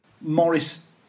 Morris